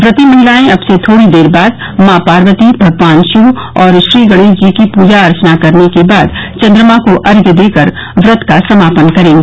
व्रती महिलाएं अब से थोड़ी देर बाद मॉ पार्वती भगवान शिव और श्री गणेश जी की पूजा अर्चना करने के बाद चन्द्रमा को अर्घ्य देकर व्रत का समापन करेगी